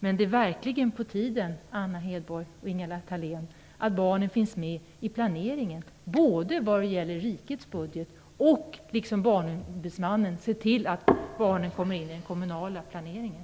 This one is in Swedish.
Men det är verkligen på tiden, Anna Hedborg och Ingela Thalén, att se till att barnen finns med i planeringen, både vad gäller rikets budget och, som Barnombudsmannen önskar, i den kommunala planeringen.